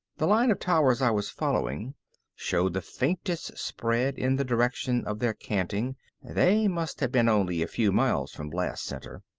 the line of towers i was following showed the faintest spread in the direction of their canting they must have been only a few miles from blast center.